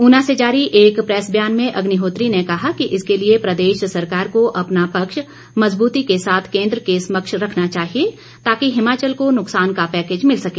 ऊना से जारी एक प्रेस ब्यान में अग्निहोत्री ने कहा कि इसके लिए प्रदेश सरकार को अपना पक्ष मजबूती के साथ केंद्र के समक्ष रखना चाहिए ताकि हिमाचल को नुक्सान का पैकेज मिल सके